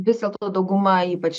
vis dėlto dauguma ypač